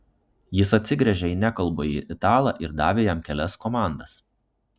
jis atsigręžė į nekalbųjį italą ir davė jam kelias komandas